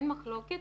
אין מחלוקת,